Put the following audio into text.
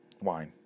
Wine